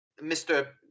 Mr